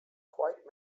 quite